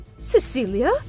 Cecilia